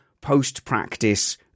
post-practice